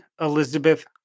Elizabeth